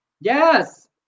Yes